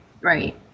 right